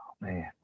man